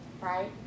right